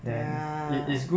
ya